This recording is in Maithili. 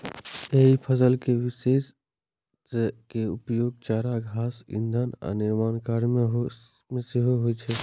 एहि फसल के अवशेष के उपयोग चारा, घास, ईंधन आ निर्माण कार्य मे सेहो होइ छै